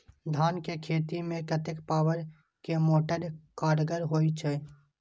धान के खेती में कतेक पावर के मोटर कारगर होई छै?